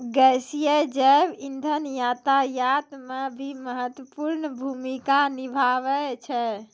गैसीय जैव इंधन यातायात म भी महत्वपूर्ण भूमिका निभावै छै